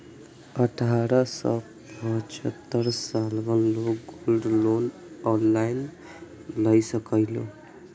अठारह सं पचहत्तर सालक लोग गोल्ड लोन ऑनलाइन लए सकैए